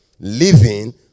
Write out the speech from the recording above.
Living